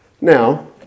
Now